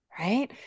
Right